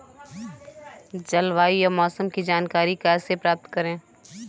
जलवायु या मौसम की जानकारी कैसे प्राप्त करें?